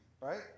right